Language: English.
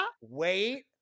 wait